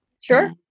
Sure